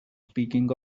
speaking